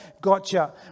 Gotcha